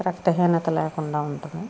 రక్తహీనత లేకుండా ఉంటుంది